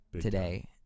today